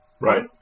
right